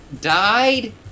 died